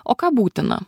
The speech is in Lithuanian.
o ką būtina